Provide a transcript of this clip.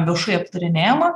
viešai aptarinėjama